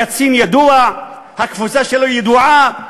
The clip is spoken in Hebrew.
הקצין ידוע, הקבוצה שלו ידועה,